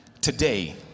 today